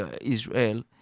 Israel